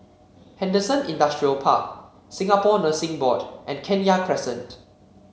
Henderson Industrial Park Singapore Nursing Board and Kenya Crescent